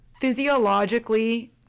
physiologically